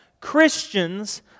Christians